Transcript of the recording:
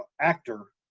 ah actor,